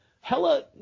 hella